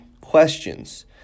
questions